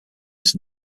was